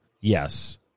Yes